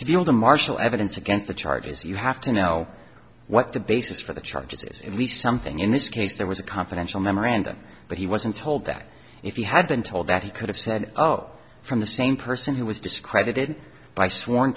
to be able to marshal evidence against the charges you have to know what the basis for the charges is in the something in this case there was a confidential memorandum but he wasn't told that if he had been told that he could have said oh from the same person who was discredited by sworn